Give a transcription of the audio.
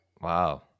Wow